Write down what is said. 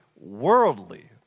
worldly